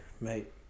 Mate